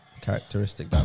characteristic